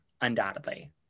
undoubtedly